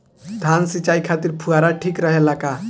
धान सिंचाई खातिर फुहारा ठीक रहे ला का?